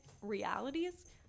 realities